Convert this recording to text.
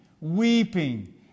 weeping